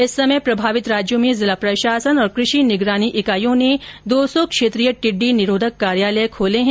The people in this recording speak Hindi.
इस समय प्रभावित राज्यों में जिला प्रशासन और कृषि निगरानी इकाइयों ने दो सौ क्षेत्रीय टिड्डी निरोधक कार्यालय खोले हैं